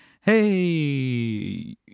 hey